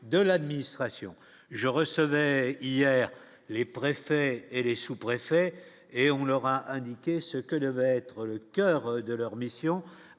de l'administration, je recevais hier les préfets et les sous-préfets et on leur a indiqué. C'est ce que devait être le coeur de leur mission